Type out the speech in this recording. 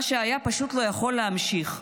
מה שהיה פשוט לא יכול להמשיך.